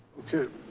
okay.